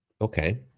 Okay